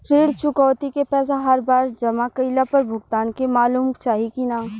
ऋण चुकौती के पैसा हर बार जमा कईला पर भुगतान के मालूम चाही की ना?